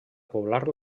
poblar